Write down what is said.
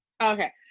okay